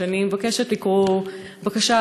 ואני מבקשת לקרוא בקשה,